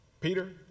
Peter